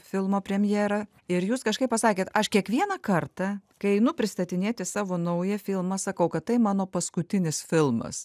filmo premjerą ir jūs kažkaip pasakėt aš kiekvieną kartą kai einu pristatinėti savo naują filmą sakau kad tai mano paskutinis filmas